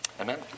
Amen